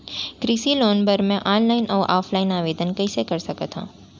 कृषि लोन बर मैं ऑनलाइन अऊ ऑफलाइन आवेदन कइसे कर सकथव?